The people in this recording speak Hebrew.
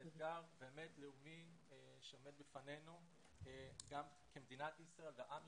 זה באמת אתגר לאומי שעומד בפנינו גם כמדינת ישראל ועם ישראל.